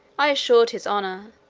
i assured his honour,